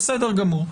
בסדר גמור.